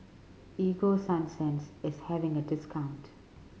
Ego Sunsense is having a discount